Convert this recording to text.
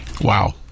Wow